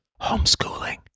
homeschooling